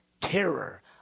terror